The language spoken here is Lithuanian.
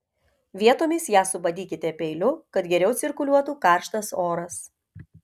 vietomis ją subadykite peiliu kad geriau cirkuliuotų karštas oras